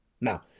Now